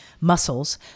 muscles